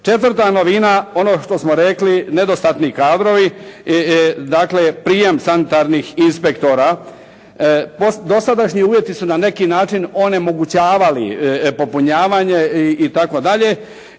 Četvrta novina, ono što smo rekli nedostatni kadrovi, dakle prijem sanitarnih inspektora. Dosadašnji uvjeti su na neki način onemogućavali popunjavanje i tako dalje